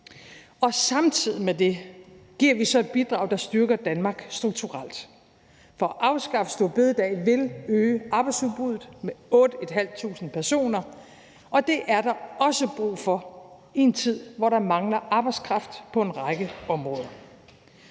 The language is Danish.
Samtidig med det giver vi så et bidrag, der styrker Danmark strukturelt. For at afskaffe store bededag vil øge arbejdsudbuddet med 8.500 personer, og det er der også brug for i en tid, hvor der mangler arbejdskraft på en række områder.